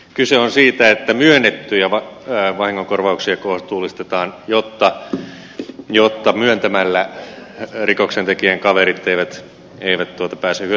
kyse on siitä että myönnettyjä vahingonkorvauksia kohtuullistetaan jotta myöntämällä rikoksentekijän kaverit eivät pääse hyötymään